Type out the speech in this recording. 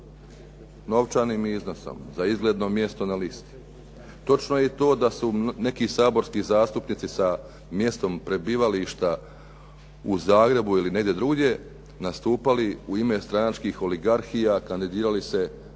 novčanim iznosom za izgledno mjesto na listi. Točno je i to da su neki saborski zastupnici sa mjestom prebivališta u Zagrebu ili negdje drugdje nastupali u ime stranačkih oligarhija, kandidirali se